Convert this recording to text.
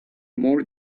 more